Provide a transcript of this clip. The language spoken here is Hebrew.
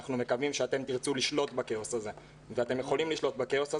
אנחנו מקווים שאתם תרצו לשלוט בכאוס הזה ואתם יכולים לשלוט בכאוס הזה.